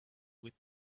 with